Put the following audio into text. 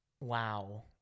Wow